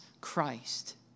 Christ